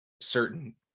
certain